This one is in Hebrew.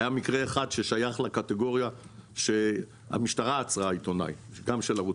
היה מקרה אחד ששייך לקטגוריה שהמשטרה עצרה עיתונאי גם של ערוץ